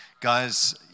Guys